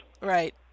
Right